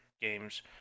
games